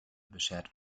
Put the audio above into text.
beschert